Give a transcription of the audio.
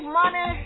money